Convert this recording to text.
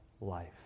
life